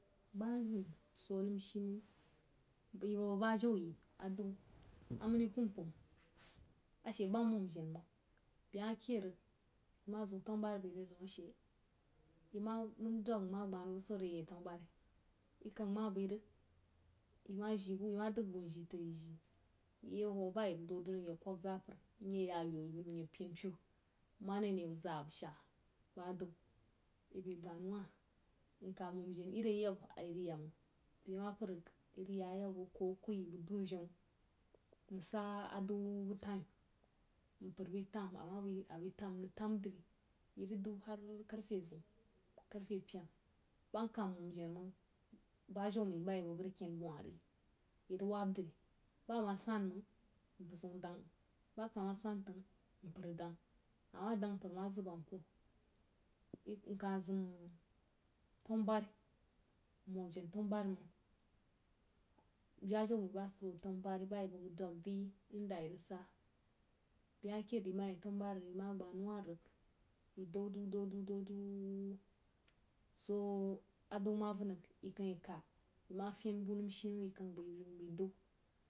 So anəm shi nəm yi bəg-bəg ba jau yi adau, amani kum-kum ashe ba nmon jenməng beh ma ked rig yi ma ziu tannu buban bai rig daun ashe yi ma mən dwang rig yi ye yak tannu buban yi kəng ma bai rig yi ma ji bu yi ma dag bu ajii aí iye hwo bn ying dag-dau rí mye kwəg zapər mye ya yaub inu mye pen-pem mare ne bəg zai bəg shari ba adou yi bai gbannau wah nka momjen iri ayab a ying ya məng be ma pəd rig irig yn ayab bəg kuo-akwoi mbar dú venu nsa adwu bu tam-í mpalr bai tam a ma bai tam-nəg tan dri irig dou har karfe zeun, ko karfe pyena ba nka momyen məng ba jaumai ba yibəgbəg rig ken bəg wahri arig wab dri bn ma san məng mpər zeun dəng ba ka masan təng mdəng ama dəng mpər ama zəg bəm toh mka zim tannu bubari nmomjen tannu-bubari məng bajau mai ba sid boh tannububari ba yi bəg-bəg dwəg ri inda ayi rig sa beh ma kid rig yima yəg yanu-bubari nma gbanau wah rig yi dau-dau dou-dou, so adou ma van rig nkəng ye kad nma fin bu nəm shinəm yi kəng bai zau mbai dou.